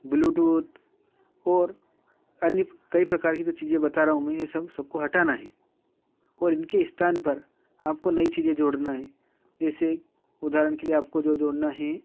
Bluetooth और अन्य कई प्रकार की जो चीज़ें बता रहा हूं मैं ये सब सबको हटाना है और इनके स्थान पर आपको नई चीज़ें जोड़ना है जैसे उदाहरण के लिए आपको जो जोड़ना है